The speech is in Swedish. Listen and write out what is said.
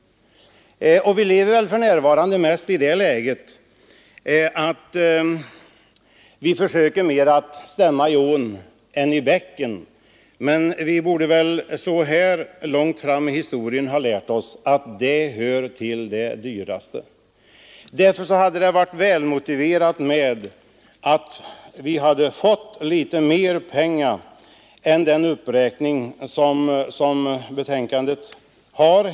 Vi lever väl för närvarande oftast så, att vi försöker stämma mer i ån än i bäcken, fastän vi så här långt framme i historien borde ha lärt oss att det hör till det dyraste man kan göra. Därför hade det varit välmotiverat med litet mer pengar än den uppräkning innebär som utskottet gör.